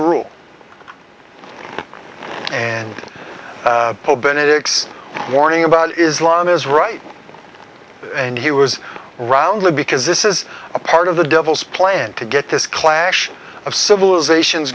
rule and pope benedict's warning about islam is right and he was roundly because this is a part of the devil's plan to get this clash of civilizations